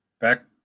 back